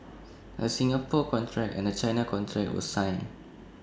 A Singapore contract and A China contract were signed